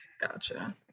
Gotcha